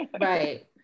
Right